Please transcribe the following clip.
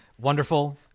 Wonderful